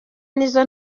nizo